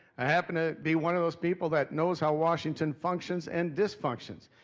i happen to be one of those people that knows how washington functions and dysfunctions.